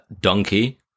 Donkey